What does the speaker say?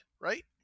right